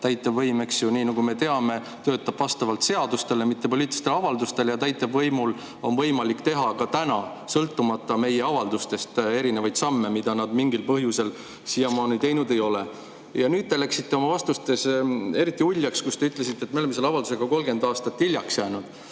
täitevvõim, eks ju, nii nagu me teame, töötab vastavalt seadustele, mitte poliitilistele avaldustele, ja täitevvõimul on võimalik teha ka täna, sõltumata meie avaldustest, erinevaid samme, mida nad mingil põhjusel siiamaani teinud ei ole. Te läksite oma vastustes eriti uljaks, kui te ütlesite, et me oleme selle avaldusega 30 aastat hiljaks jäänud.